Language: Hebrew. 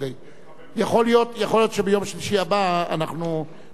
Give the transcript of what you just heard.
יכול להיות שביום שלישי הבא אנחנו נמצא את הזמן.